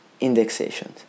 indexations